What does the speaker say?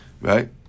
Right